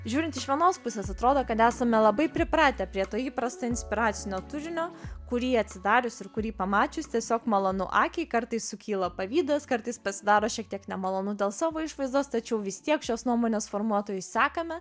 žiūrint iš vienos pusės atrodo kad esame labai pripratę prie to įprasto inspiracinio turinio kurį atsidarius ir kurį pamačius tiesiog malonu akiai kartais sukyla pavydas kartais pasidaro šiek tiek nemalonu dėl savo išvaizdos tačiau vis tiek šios nuomonės formuotojus sekame